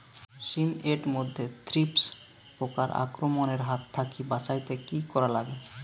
শিম এট মধ্যে থ্রিপ্স পোকার আক্রমণের হাত থাকি বাঁচাইতে কি করা লাগে?